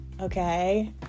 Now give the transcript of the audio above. okay